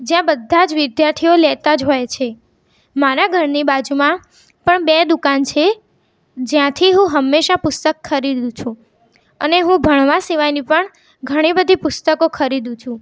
જ્યાં બધા જ વિદ્યાર્થીઓ લેતા જ હોય છે મારા ઘરની બાજુમાં પણ બે દુકાન છે જ્યાંથી હું હંમેશાં પુસ્તક ખરીદું છું અને હું ભણવા સિવાયની પણ ઘણી બધી પુસ્તકો ખરીદું છું